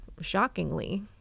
shockingly